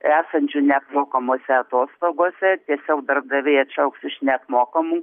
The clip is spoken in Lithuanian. esančių neapmokamose atostogose tiesiog darbdaviai atšauks iš neapmokamų